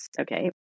okay